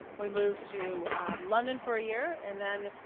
we moved to london for a year. and then,